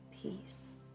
peace